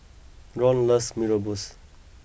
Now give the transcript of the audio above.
Ron loves Mee Rebus